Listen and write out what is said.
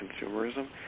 consumerism